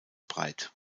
breit